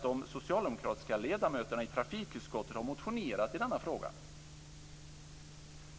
De socialdemokratiska ledamöterna i trafikutskottet har nämligen motionerat i denna fråga.